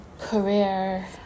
career